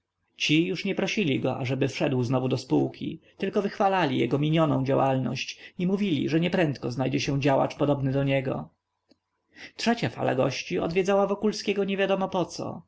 ci już nie prosili go ażeby wszedł znowu do spółki tylko wychwalali jego minioną działalność i mówili że nieprędko znajdzie się działacz podobny do niego trzecia fala gości odwiedzała wokulskiego niewiadomo poco bo